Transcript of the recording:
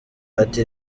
ati